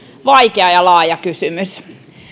vaikea ja laaja kysymys